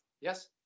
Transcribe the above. Yes